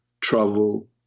travel